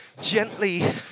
gently